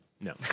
No